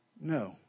No